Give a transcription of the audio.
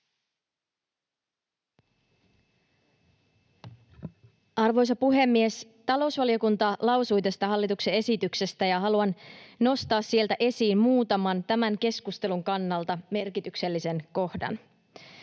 Arvoisa puhemies! Talousvaliokunta lausui tästä hallituksen esityksestä, ja haluan nostaa sieltä esiin muutaman, tämän keskustelun kannalta merkityksellisen kohdan.